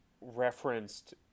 referenced